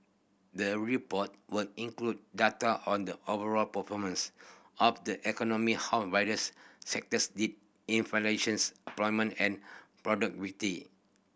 the report will include data on the overall performance of the economy how various sectors did inflation employment and